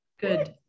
good